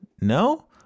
no